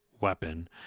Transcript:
weapon